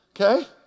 Okay